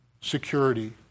security